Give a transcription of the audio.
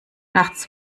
nachts